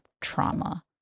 trauma